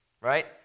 right